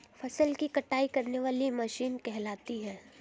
फसल की कटाई करने वाली मशीन कहलाती है?